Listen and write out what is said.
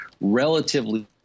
relatively